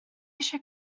eisiau